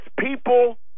people